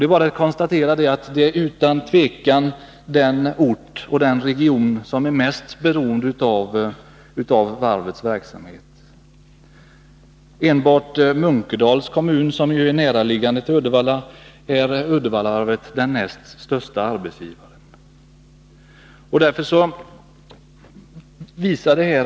Det är bara att konstatera att det utan tvivel är den orten och denna region som är mest beroende av varvets verksamhet. I t.ex. Munkedals kommun, som ligger nära Uddevalla, är varvet den näst största arbetsgivaren.